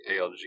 ALG